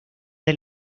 del